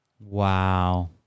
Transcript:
Wow